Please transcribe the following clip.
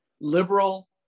liberal